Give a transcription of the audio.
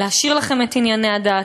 להשאיר לכם את ענייני הדת.